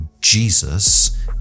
Jesus